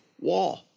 wall